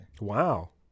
wow